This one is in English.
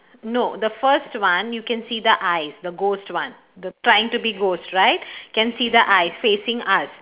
no the first one you can see the eyes the ghost one the trying to be ghost right can see the eyes facing us